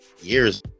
years